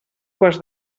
quarts